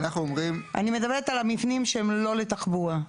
אני מדברת על המבנים שהם לא לתחבורה,